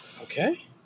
Okay